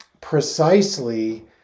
precisely